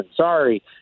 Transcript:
Sorry